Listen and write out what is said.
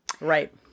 right